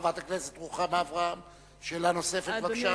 חברת הכנסת רוחמה אברהם, שאלה נוספת, בבקשה.